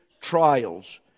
trials